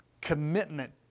commitment